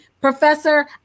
professor